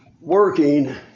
working